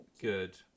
good